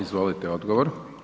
Izvolite odgovor.